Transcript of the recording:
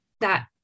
that-